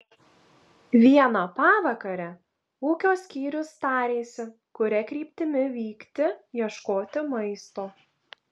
vieną pavakarę ūkio skyrius tarėsi kuria kryptimi vykti ieškoti maisto